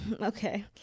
okay